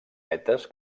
vetes